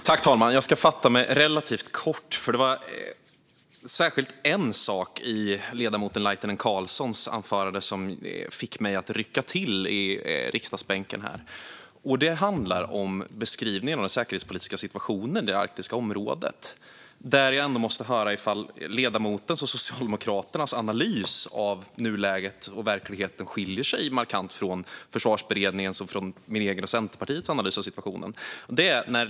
Fru talman! Jag ska fatta mig relativt kort. Det var särskilt en sak i ledamoten Laitinen Carlssons anförande som fick mig att rycka till i riksdagsbänken, nämligen beskrivningen av den säkerhetspolitiska situationen i arktiska området. Jag måste höra om ledamotens och Socialdemokraternas analys av nuläget och verkligheten skiljer sig markant från Försvarsberedningens, min egen och Centerpartiets analys av situationen.